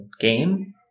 game